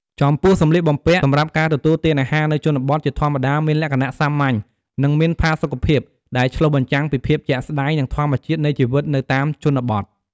ចំពោះសំលៀកបំពាក់សម្រាប់ការទទួលទានអាហារនៅជនបទ ជាធម្មតាមានលក្ខណៈសាមញ្ញ និងមានផាសុកភាព ដែលឆ្លុះបញ្ចាំងពីភាពជាក់ស្តែង និងធម្មជាតិនៃជីវិតនៅតាមជនបទ។